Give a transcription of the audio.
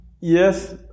Yes